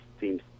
seems